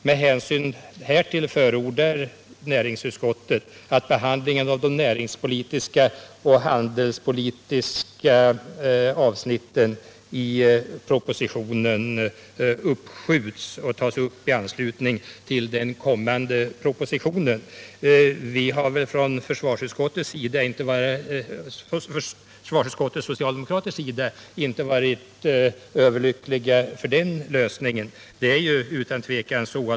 Med hänsyn därtill föreslår näringsutskottet att behandlingen av de näringspolitiska och handelspolitiska avsnitten i propositionen uppskjuts och tas upp i anslutning till den kommande propositionen. Socialdemokraterna i försvarsutskottet har inte varit direkt överlyckliga över denna lösning.